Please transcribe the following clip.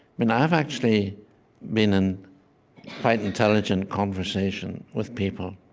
mean, i have actually been in quite intelligent conversation with people,